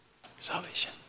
Salvation